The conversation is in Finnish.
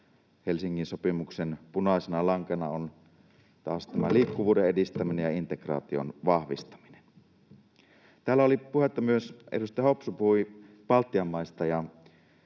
Helsingin sopimuksen punaisena lankana taas on liikkuvuuden edistäminen ja integraation vahvistaminen. Täällä oli puhetta myös — edustaja Hopsu puhui — Baltian maista,